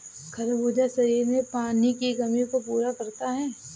खरबूजा शरीर में पानी की कमी को पूरा करता है